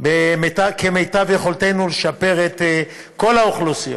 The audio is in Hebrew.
כמיטב יכולתנו לשפר את כל האוכלוסיות,